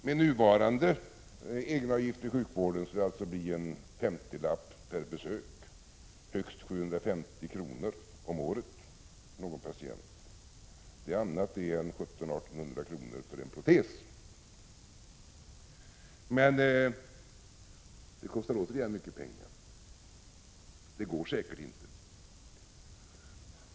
Med nuvarande egenavgifter i sjukvården skulle det alltså bli en femtiolapp per besök, högst 750 kr. om året för någon patient. Det är annat det än ett 1 700 å 1 800 kr. för en protes. Men det kostar mycket pengar. Det går säkert inte.